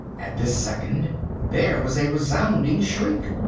at this second there was a resounding shriek.